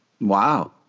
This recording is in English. Wow